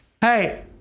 Hey